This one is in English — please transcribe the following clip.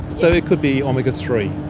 so it could be omega three.